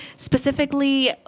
Specifically